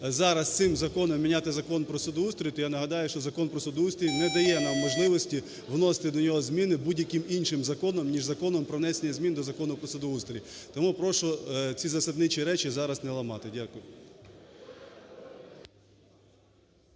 зараз цим законом міняти Закон про судоустрій, то я нагадаю, що Закон про судоустрій не дає нам можливості вносити до нього зміни будь-яким іншим законом, ніж Законом про внесення змін до Закону про судоустрій. Тому прошу ці засадничі речі зараз не ламати. Дякую.